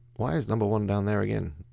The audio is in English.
why is number one down there again?